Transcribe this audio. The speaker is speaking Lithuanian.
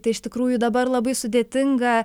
tai iš tikrųjų dabar labai sudėtinga